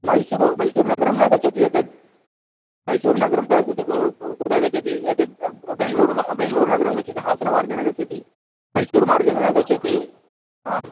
मैसूरु मैसूरु नगरं न गच्छति एतद् मैसूरुनगरं क कु कुत गच्छति एतत् बेङ्ग्लूरु बेङ्ग्लूरुनगरं गच्छति हासन मार्गेण गच्छति मैसूरु मार्गेण न गच्छति आम्